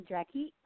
Jackie